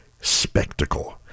Spectacle